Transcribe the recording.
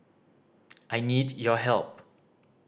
I need your help